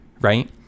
right